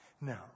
No